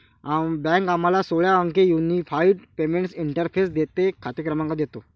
bank आम्हाला सोळा अंकी युनिफाइड पेमेंट्स इंटरफेस देते, खाते क्रमांक देतो